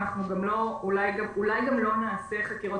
אולי גם לא נעשה חקירות